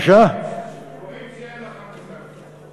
רואים שאין לך מושג בזה.